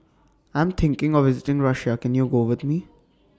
I'm thinking of visiting Russia Can YOU Go with Me